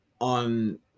on